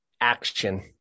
action